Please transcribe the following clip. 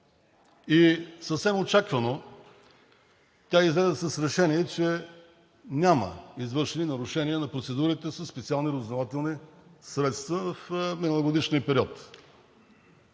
и съвсем очаквано тя излезе с решение, че няма извършени нарушения на процедурите със специални разузнавателни средства в миналогодишния период.